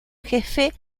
jefe